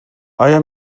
آیا